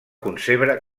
concebre